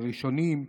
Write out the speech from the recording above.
ראשונים,